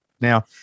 Now